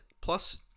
Plus